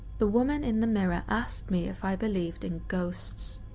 the woman in the mirror asked me if i believed in ghosts.